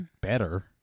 better